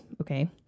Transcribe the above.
okay